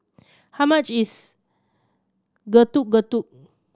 how much is Getuk Getuk